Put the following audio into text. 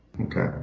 Okay